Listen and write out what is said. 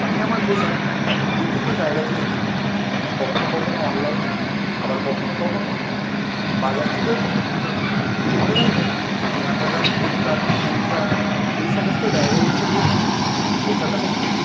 আমি আমার পোশাক বিভিন্ন জায়গা থেকে কিনি কখনও কখনও অনলাইনে আবার কখনও কখনও বাজার থেকেও কিনি অনলাইনে আমি অ্যামাজন ফ্লিপকার্ট মিন্ত্রা এই সমস্ত জায়গাগুলি থেকে পোশাক আশাক কিনি